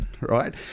right